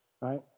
right